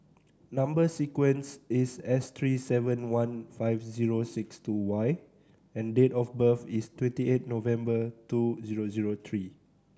number sequence is S three seven one five zero six two Y and date of birth is twenty eight November two zero zero three